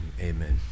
amen